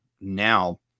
now